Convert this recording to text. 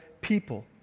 people